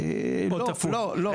לא, לא, לא.